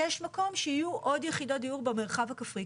יש מקום שיהיו עוד יחידות דיור במרחב הכפרי.